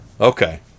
Okay